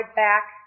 back